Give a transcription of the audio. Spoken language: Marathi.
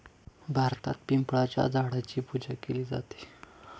भारतात पिंपळाच्या झाडाची पूजा केली जाते